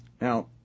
Now